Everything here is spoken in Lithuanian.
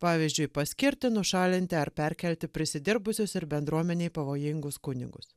pavyzdžiui paskirti nušalinti ar perkelti prisidirbusius ir bendruomenei pavojingus kunigus